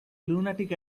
lunatic